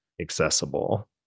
accessible